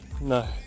No